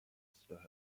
اصلاح